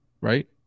Right